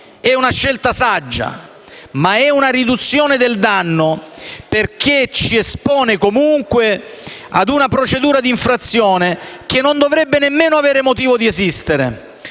è una scelta saggia; ma è una riduzione del danno, perché ci espone comunque ad una procedura di infrazione che non dovrebbe nemmeno aver motivo di esistere.